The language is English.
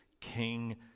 King